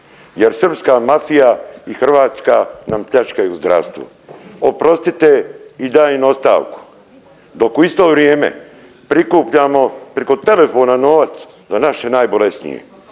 jer srpska mafija i hrvatska nam pljačkaju zdravstvo. Oprostite i dajem ostavku. Dok u isto vrijeme prikupljamo preko telefona novac za naše najbolesnije,